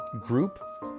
group